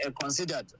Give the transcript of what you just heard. considered